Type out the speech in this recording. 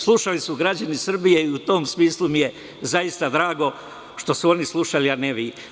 Slušali su građani Srbije i u tom smislu mi je zaista drago što su oni slušali a ne vi.